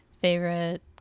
favorite